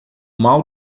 mau